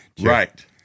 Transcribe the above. right